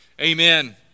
Amen